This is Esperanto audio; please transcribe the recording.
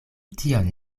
tion